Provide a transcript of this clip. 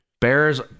Bears